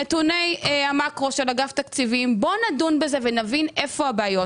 נתוני המקרו של אגף תקציבים - בואו נדון בזה ונבין איפה הבעיות.